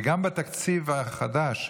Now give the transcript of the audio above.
וגם בתקציב החדש,